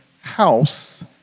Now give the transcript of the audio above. house